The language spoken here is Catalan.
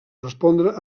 respondre